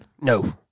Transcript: No